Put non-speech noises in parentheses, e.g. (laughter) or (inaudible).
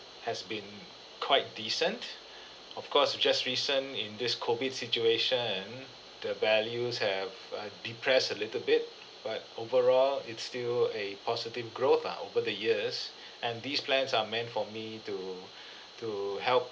has been quite decent (breath) of course we're just recent in this COVID situation the values have uh depress a little bit but overall it's still a positive growth ah over the years (breath) and these plants are meant for me to (breath) to help